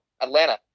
Atlanta